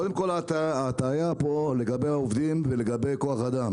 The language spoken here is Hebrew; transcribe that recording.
קודם כול ההטיה פה לגבי העובדים ולגבי כוח אדם